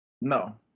No